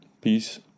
peace